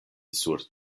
sur